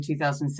2007